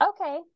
Okay